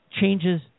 changes